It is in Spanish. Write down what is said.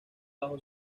bajo